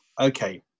okay